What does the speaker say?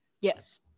Yes